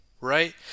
Right